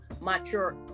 mature